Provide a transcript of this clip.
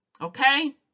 Okay